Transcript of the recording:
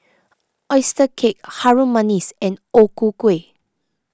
Oyster Cake Harum Manis and O Ku Kueh